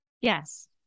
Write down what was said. Yes